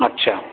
اچھا